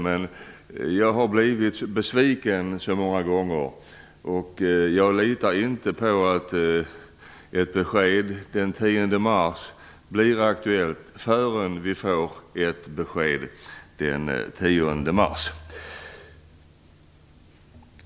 Men jag har blivit besviken så många gånger, och jag litar därför inte på att det blir aktuellt med ett besked den 10 mars.